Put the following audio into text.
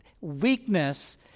Weakness